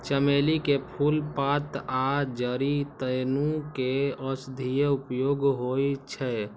चमेली के फूल, पात आ जड़ि, तीनू के औषधीय उपयोग होइ छै